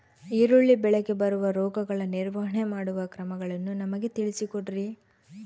ಈರುಳ್ಳಿ ಬೆಳೆಗೆ ಬರುವ ರೋಗಗಳ ನಿರ್ವಹಣೆ ಮಾಡುವ ಕ್ರಮಗಳನ್ನು ನಮಗೆ ತಿಳಿಸಿ ಕೊಡ್ರಿ?